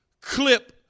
clip